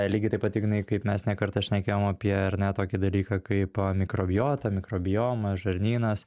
lygiai taip pat ignai kaip mes ne kartą šnekėjom apie ar ne tokį dalyką kaip mikrobiota mikrobioma žarnynas